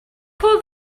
pull